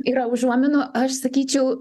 yra užuominų aš sakyčiau